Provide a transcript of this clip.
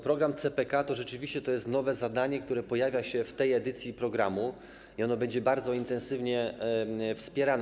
Program CPK to rzeczywiście jest nowe zadanie, które pojawia się w tej edycji programu, i ono będzie bardzo intensywnie wspierane.